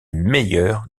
meilleurs